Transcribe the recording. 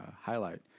highlight